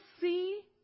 see